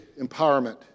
empowerment